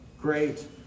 great